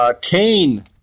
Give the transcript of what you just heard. Cain